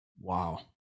Wow